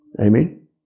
Amen